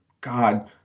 God